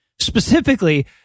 specifically